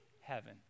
Heaven